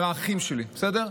הם האחים שלי, בסדר?